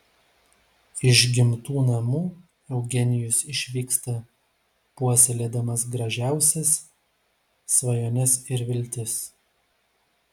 iš gimtų namų eugenijus išvyksta puoselėdamas gražiausiais svajones ir viltis